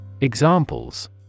Examples